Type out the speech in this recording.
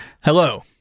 Hello